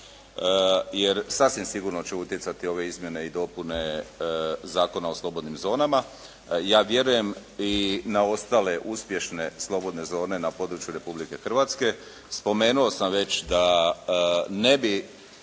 jer sasvim sigurno će utjecati ove izmjene i dopune Zakona o slobodnim zonama. Ja vjerujem i na ostale uspješne slobodne zone na području Republike Hrvatske. Spomenuo sam već da bi bilo